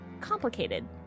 complicated